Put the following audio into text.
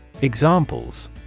Examples